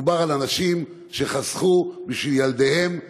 מדובר על אנשים שחסכו בשביל ילדיהם,